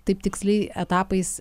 taip tiksliai etapais